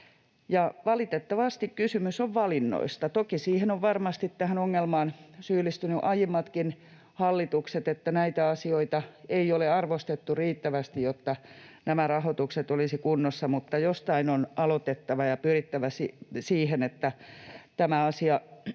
Valitettavasti kysymys on valinnoista. Toki aiemmatkin hallitukset ovat varmasti syyllistyneet tähän ongelmaan, että näitä asioita ei ole arvostettu riittävästi, jotta nämä rahoitukset olisivat kunnossa, mutta jostain on aloitettava ja pyrittävä siihen, että tämä asia